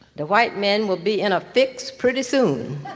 the white men will be in a fix pretty soon.